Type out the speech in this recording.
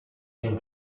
się